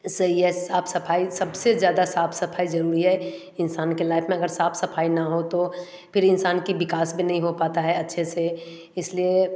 इससे ये सब साफ सफाई सबसे ज्यादा साफ सफाई जरुरी है इंसान के लाइफ में अगर साफ सफाई ना हो तो फिर इंसान की विकास भी नै हो पाता है अच्छे से इसलिए